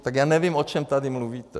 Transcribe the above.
Tak já nevím, o čem tady mluvíte.